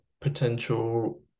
potential